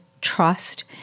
trust